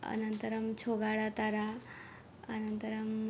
अनन्तरं छोगाळतारा अनन्तरं